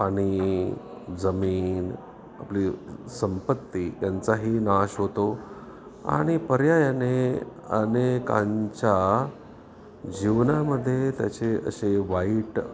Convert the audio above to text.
पाणी जमीन आपली संपत्ती यांचाही नाश होतो आणि पर्यायाने अनेकांच्या जीवनामध्ये त्याचे असे वाईट